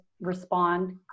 respond